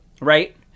Right